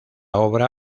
obra